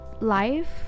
life